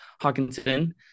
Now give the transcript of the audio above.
Hawkinson